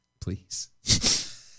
please